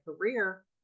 career